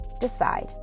decide